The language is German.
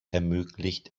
ermöglicht